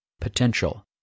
potential